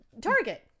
Target